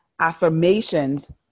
affirmations